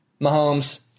Mahomes